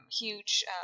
huge